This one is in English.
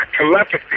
telepathy